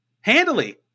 handily